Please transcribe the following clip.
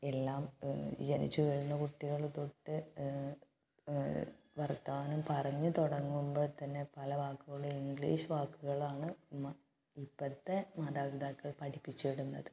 എല്ലാം ജനിച്ച് വീഴുന്ന കുട്ടികള് തൊട്ട് വർത്താനം പറഞ്ഞ് തുടങ്ങുമ്പോൾ തന്നെ പല വാക്കുകളും ഇംഗ്ലീഷ് വാക്കുകളാണ് നമ്മൾ ഇപ്പഴത്തെ മാതാപിതാക്കൾ പഠിപ്പിച്ച് വിടുന്നത്